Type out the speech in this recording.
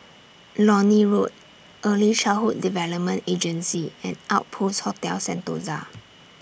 Lornie Road Early Childhood Development Agency and Outpost Hotel Sentosa